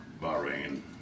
Bahrain